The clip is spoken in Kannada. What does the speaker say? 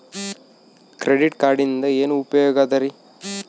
ಕ್ರೆಡಿಟ್ ಕಾರ್ಡಿನಿಂದ ಏನು ಉಪಯೋಗದರಿ?